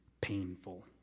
painful